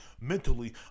Mentally